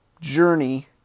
journey